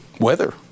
Weather